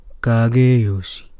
Kageyoshi